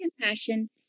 compassion